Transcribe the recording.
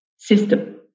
System